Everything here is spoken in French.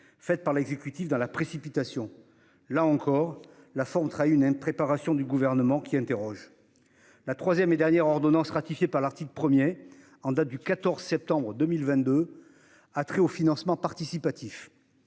faites par l'exécutif dans la précipitation. Là encore, la forme trahit une impréparation du Gouvernement qui soulève quelques interrogations. La troisième et dernière ordonnance ratifiée par l'article 1, en date du 14 septembre 2022, a trait au financement participatif.